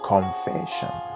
Confession